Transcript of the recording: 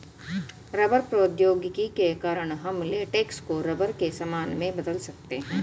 rubber प्रौद्योगिकी के कारण हम लेटेक्स को रबर के सामान में बदल सकते हैं